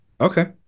Okay